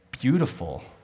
beautiful